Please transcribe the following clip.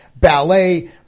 ballet